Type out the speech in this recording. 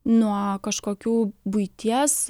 nuo kažkokių buities